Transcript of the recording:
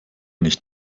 nicht